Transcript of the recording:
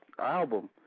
album